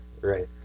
Right